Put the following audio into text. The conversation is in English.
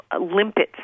limpets